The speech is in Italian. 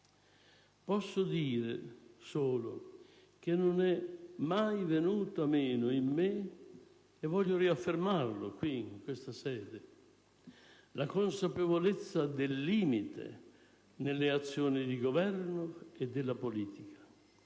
Posso dire solo che non è mai venuta meno in me, e voglio riaffermarlo qui in questa sede, la consapevolezza del limite nelle azioni di governo e della politica